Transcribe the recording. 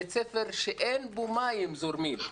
בית ספר שאין בו מים זורמים.